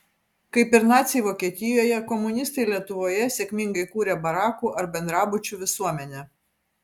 kaip ir naciai vokietijoje komunistai lietuvoje sėkmingai kūrė barakų ar bendrabučių visuomenę